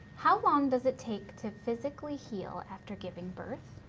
how long does it take to physically heal after giving birth?